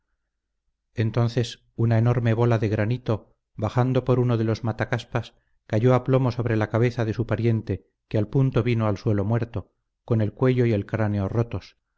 entonces una enorme bola de granito bajando por uno de los matacaspas cayó a plomo sobre la cabeza de su pariente que al punto vino al suelo muerto con el cuello y el cráneo rotos